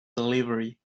delivery